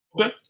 Okay